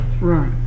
Right